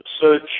search